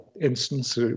instance